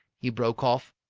he broke off.